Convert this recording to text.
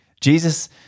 Jesus